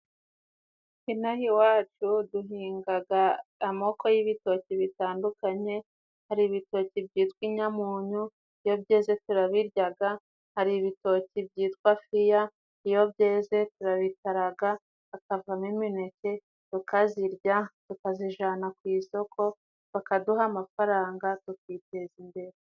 Inaha iwacu duhingaga amoko y'ibitoki bitandukanye. Hari ibitoki byitwa inyamunyu, iyo byeze turabiryaga, hari ibitoki byitwa fiya iyo byeze turabitaraga hakavamo imineke tukazirya, tukazijana ku isoko bakaduha amafaranga tukiteza imbere.